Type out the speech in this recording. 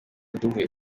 duhuye